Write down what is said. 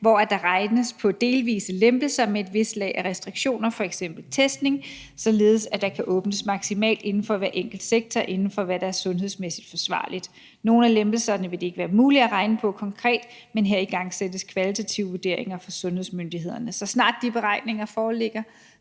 hvor der regnes på delvise lempelser med et vist lag af restriktioner, f.eks. testning, således at der kan åbnes maksimalt inden for hver enkelt sektor og inden for, hvad der er sundhedsmæssigt forsvarligt. Nogle af lempelserne vil det ikke være muligt at regne på konkret, men her igangsættes kvalitative vurderinger fra sundhedsmyndighedernes side. Så snart de beregninger foreligger,